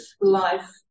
life